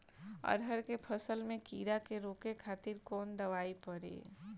अरहर के फसल में कीड़ा के रोके खातिर कौन दवाई पड़ी?